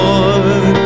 Lord